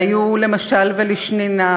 והיו למשל ולשנינה.